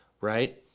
right